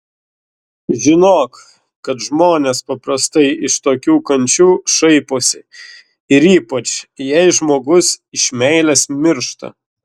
žinok kad žmonės paprastai iš tokių kančių šaiposi ir ypač jei žmogus iš meilės miršta